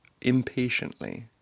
impatiently